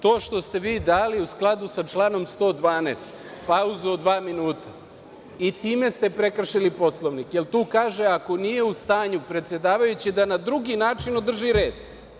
To što ste vi dali u skladu sa članom 112. pauzu od dva minuta i time ste prekršili Poslovnik, jer tu kaže – ako nije u stanju predsedavajući da na drugi način održi red.